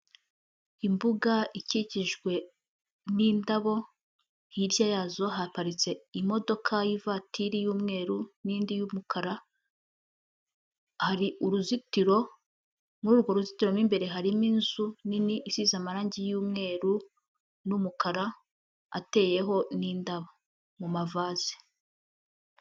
Imbuga ikikijwe n'indabo, hirya yazo haparitse imodoka y'ivatiri y'umweru n'indi y'umukara, hari uruzitiro, muri urwo ruzitiro mo imbere harimo inzu nini isize amarangi y'umweru n'umukara, ateyeho n'indabo mu mavaze.